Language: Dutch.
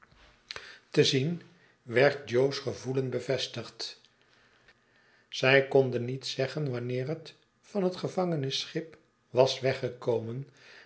te zien werd jo's gevoelen bevestigd zij konden niet zeggen wanneer het van het gevangenisschip was weggekomen